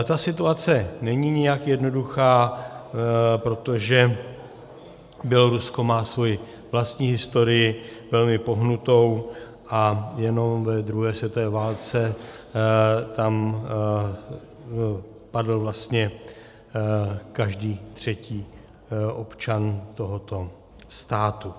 Ta situace není nijak jednoduchá, protože Bělorusko má svoji vlastní historii velmi pohnutou a jenom ve druhé světové válce tam padl vlastně každý třetí občan tohoto státu.